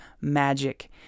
magic